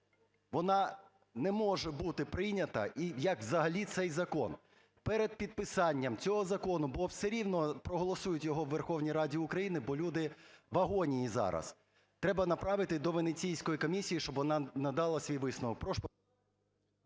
вона не може бути прийнята і як взагалі цей закон. Перед підписанням цього закону, бо все рівно проголосують його в Верховній Раді України, бо люди в агонії зараз, треба направити до Венеційської комісії, щоб вона надала свій висновок.